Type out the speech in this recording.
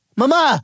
mama